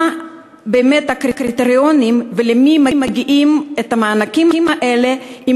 מה באמת הקריטריונים ולמי מגיעים המענקים האלה אם